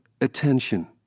attention